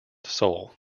soul